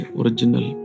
original